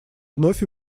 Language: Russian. вновь